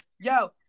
yo